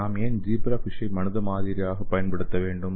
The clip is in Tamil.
நாம் ஏன் ஜீப்ராஃபிஷை மனித மாதிரியாக பயன்படுத்த வேண்டும்